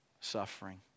suffering